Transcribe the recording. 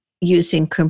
using